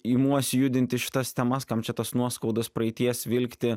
imuosi judinti šitas temas kam čia tas nuoskaudas praeities vilkti